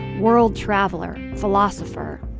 world traveler, philosopher,